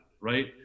Right